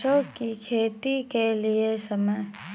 सरसों की खेती के लिए समय?